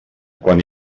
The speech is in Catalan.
quan